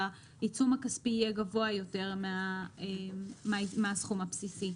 שהעיצום הכספי יהיה גבוה יותר מהסכום הבסיסי.